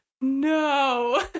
No